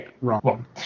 wrong